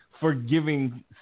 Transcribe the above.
forgiving